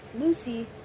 Lucy